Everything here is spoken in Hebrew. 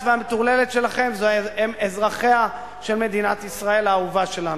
והמטורללת שלכם הם אזרחיה של מדינת ישראל האהובה שלנו.